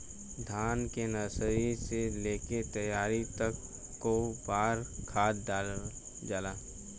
धान के नर्सरी से लेके तैयारी तक कौ बार खाद दहल जाला?